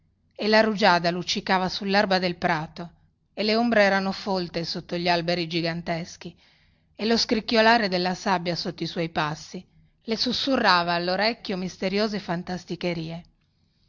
e la rugiada luccicava sullerba del prato e le ombre erano folte sotto gli alberi giganteschi e lo scricchiolare della sabbia sotto i suoi passi le sussurrava allorecchio misteriose fantasticherie